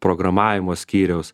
programavimo skyriaus